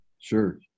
Sure